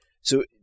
So-